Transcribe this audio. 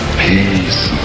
peace